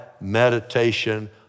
meditation